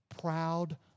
proud